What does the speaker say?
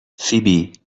فیبی